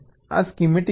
આ સ્કેમેટિક છે